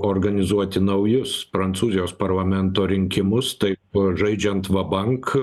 organizuoti naujus prancūzijos parlamento rinkimus taip žaidžiant vabank